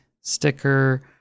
sticker